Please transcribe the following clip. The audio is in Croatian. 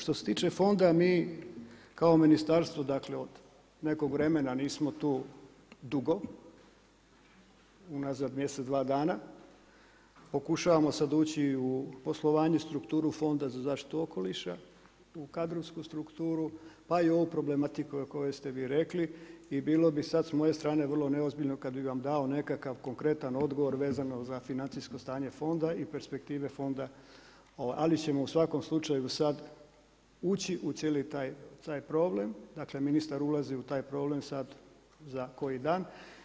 Što se tiče Fonda, mi kao ministarstvo, dakle, od nekog vremena nismo tu dugo, unazad mjesec, dva dana, pokušavamo sad ući u poslovanje strukturu Fonda za zaštitu okoliša, u kadrovsku strukturu, pa i ovu problematiku o kojoj ste vi rekli i bilo bi sad s moje strane vrlo neozbiljno kad bi vam dao nekakav konkretan odgovor vezano za financijsko stanje Fonda i perspektive Fonda, ali ćemo u svakom slučaju sad ući u cijeli taj problem, dakle, ministar ulazi u taj problem sad za koji dan.